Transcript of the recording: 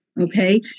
Okay